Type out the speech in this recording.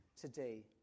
today